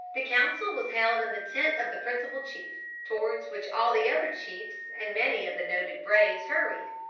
the council was held in the tent of the principal chief, towards which all the other chiefs and many of the noted braves hurried.